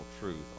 truth